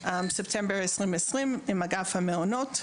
בספטמבר 2020 עם אגף המעונות,